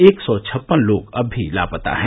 एक सौ छप्पन लोग अब भी लापता हैं